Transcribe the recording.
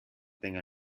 tenga